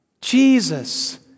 Jesus